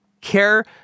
care